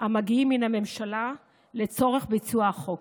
המגיעים מן הממשלה לצורך ביצוע החוק.